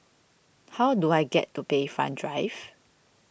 how do I get to Bayfront Drive